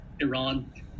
iran